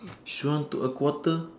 shrunk to a quarter